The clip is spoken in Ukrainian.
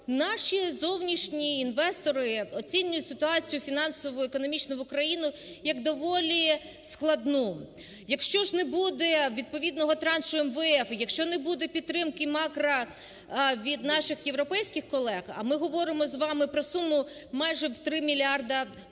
наші зовнішні інвестори оцінюють ситуацію фінансово-економічну в Україну як доволі складну. Якщо ж не буде відповідного траншу МВФ, якщо не буде підтримки макро… від наших європейських колег, а ми говоримо з вами про суму майже в 3 мільярда